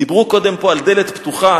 דיברו פה קודם על דלת פתוחה.